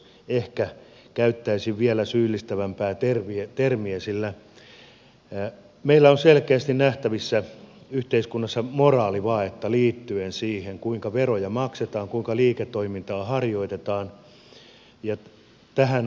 ehkä käyttäisin vielä syyllistävämpää termiä sillä meillä on selkeästi nähtävissä yhteiskunnassa moraalivajetta liittyen siihen kuinka veroja maksetaan kuinka liiketoimintaa harjoitetaan ja tähän osallistuvat kaikki